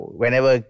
whenever